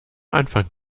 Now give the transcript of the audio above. anfang